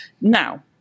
Now